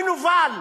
המנוול.